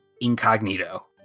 incognito